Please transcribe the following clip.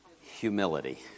humility